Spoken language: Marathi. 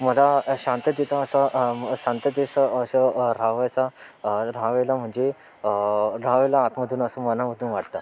मला शांततेचा असा शांततेचा असं राहवसा राहावेला म्हणजे राहावेला आतमधून असं मनामधून वाटतं